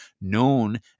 known